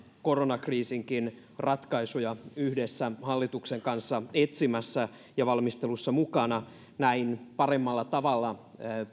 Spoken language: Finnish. koronakriisinkin ratkaisuja yhdessä hallituksen kanssa etsimässä ja valmisteluissa mukana näin paremmalla tavalla